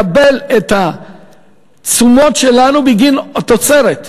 לקבל את התשומות שלנו בגין התוצרת,